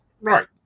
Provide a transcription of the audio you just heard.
Right